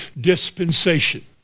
dispensation